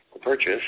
purchase